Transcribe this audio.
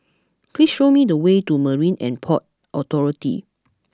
please show me the way to Marine And Port Authority